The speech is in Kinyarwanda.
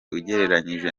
ugereranije